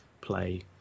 play